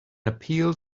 appeal